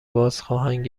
بازخواهند